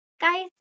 guys